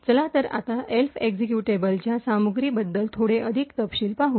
चला तर आता एल्फ एक्झिक्युटेबलच्या सामग्रीबद्दल थोडे अधिक तपशील पाहू